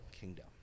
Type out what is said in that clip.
kingdom